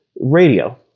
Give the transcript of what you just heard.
radio